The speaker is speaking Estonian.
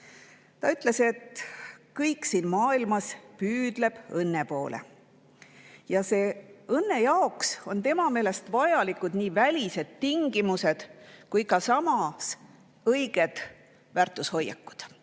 Ta ütles, et kõik siin maailmas püüdleb õnne poole. Ja õnne jaoks on tema meelest vajalikud nii välised tingimused kui ka õiged väärtushoiakud,